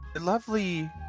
lovely